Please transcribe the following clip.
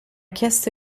chiesto